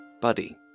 Buddy